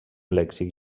lèxic